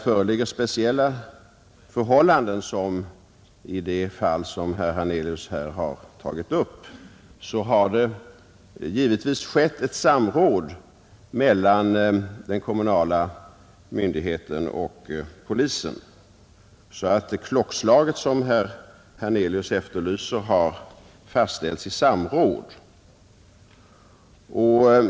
Föreligger speciella förhållanden, som i det fall herr Hernelius här tagit upp, sker givetvis ett samråd mellan den kommunala myndigheten och polisen. Det klockslag som herr Hernelius talar om har alltså fastställts efter samråd.